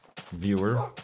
viewer